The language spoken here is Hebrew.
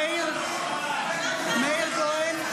(קוראת בשמות חברי הכנסת) מאיר כהן,